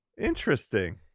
Interesting